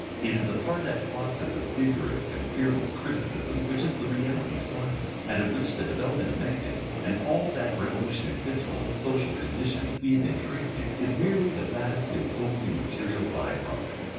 it is a part of that process of vigorous and fearless criticism which is the reality of science, and of which the development of mechanism and all that revolution in physical and social conditions we have been tracing, is merely the vast imposing material bye product.